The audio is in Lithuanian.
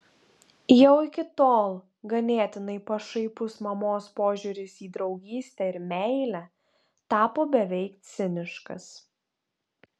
jau iki tol ganėtinai pašaipus mamos požiūris į draugystę ir meilę tapo beveik ciniškas